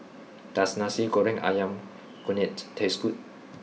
does Nasi Goreng Ayam Kunyit taste good